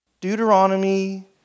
Deuteronomy